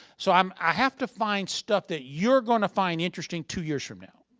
so um i have to find stuff that you're going to find interesting, two years from now.